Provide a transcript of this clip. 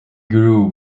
grew